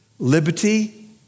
Liberty